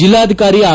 ಜಿಲ್ಲಾಧಿಕಾರಿ ಆರ್